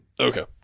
Okay